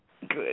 Good